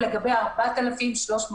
ב-4,300 נשים,